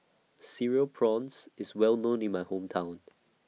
Cereal Prawns IS Well known in My Hometown